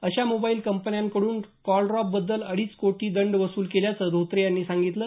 अशा मोबाइल कंपन्यांकडून कॉलड्रॉप बद्दल अडीच कोटी दंड वसूल केल्याचं धोत्रे यांनी सांगितलं